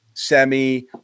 semi